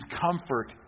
comfort